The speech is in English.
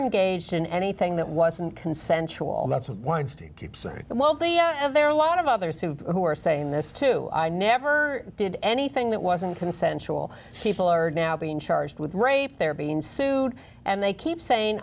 engaged in anything that wasn't consensual and that's why the one thing there are a lot of other super who are saying this too i never did anything that wasn't consensual people are now being charged with rape they're being sued and they keep saying